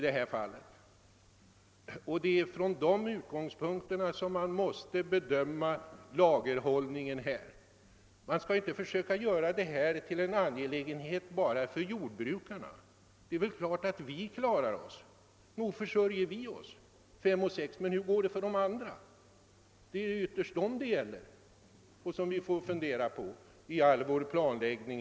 Det är alltså från dessa utgångspunkter som man måste bedöma lagerhållningen. Man skall inte försöka göra detta till en angelägenhet enbart för jordbrukarna. Det är klart att vi jordbrukare kan försörja oss själva, det gäller ju bara 5—6 personer av ett hundra. Men hur går det för de andra? Det är ytterst dem det gäller, och det är den vi måste taga hänsyn till i vår planlägg